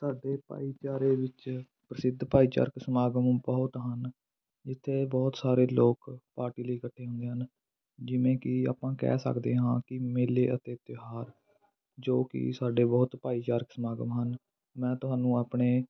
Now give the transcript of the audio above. ਸਾਡੇ ਭਾਈਚਾਰੇ ਵਿੱਚ ਪ੍ਰਸਿੱਧ ਭਾਈਚਾਰਕ ਸਮਾਗਮ ਬਹੁਤ ਹਨ ਜਿੱਥੇ ਬਹੁਤ ਸਾਰੇ ਲੋਕ ਪਾਰਟੀ ਲਈ ਇਕੱਠੇ ਹੁੰਦੇ ਹਨ ਜਿਵੇਂ ਕਿ ਆਪਾਂ ਕਹਿ ਸਕਦੇ ਹਾਂ ਕਿ ਮੇਲੇ ਅਤੇ ਤਿਉਹਾਰ ਜੋ ਕਿ ਸਾਡੇ ਬਹੁਤ ਭਾਈਚਾਰਕ ਸਮਾਗਮ ਹਨ ਮੈਂ ਤੁਹਾਨੂੰ ਆਪਣੇ